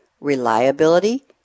reliability